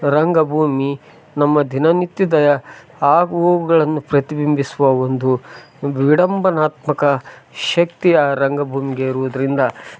ರಂಗಭೂಮಿ ನಮ್ಮ ದಿನನಿತ್ಯದ ಆಗು ಹೋಗುಗಳನ್ನು ಪ್ರತಿಬಿಂಬಿಸುವ ಒಂದು ಒಂದು ವಿಡಂಬನಾತ್ಮಕ ಶಕ್ತಿ ಆ ರಂಗಭೂಮಿಗೆ ಇರುವುದರಿಂದ